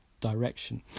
direction